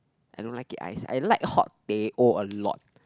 I don't like it iced I like hot teh O a lot